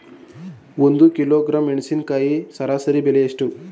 ಒಂದು ಕಿಲೋಗ್ರಾಂ ಮೆಣಸಿನಕಾಯಿ ಸರಾಸರಿ ಬೆಲೆ ಎಷ್ಟು?